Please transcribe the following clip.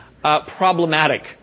problematic